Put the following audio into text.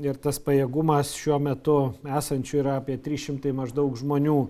ir tas pajėgumas šiuo metu esančių yra apie trys šimtai maždaug žmonių